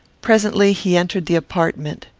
presently he entered the apartment.